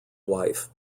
wife